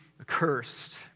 accursed